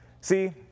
See